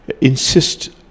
insist